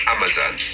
Amazon